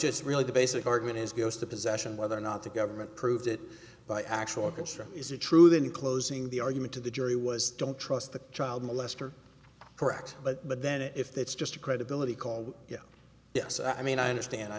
just really the basic argument is goes to possession whether or not the government proved it by actual orchestra is it true that in closing the argument to the jury was don't trust the child molester correct but then if that's just a credibility call you know yes i mean i understand i